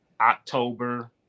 october